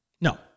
No